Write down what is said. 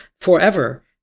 forever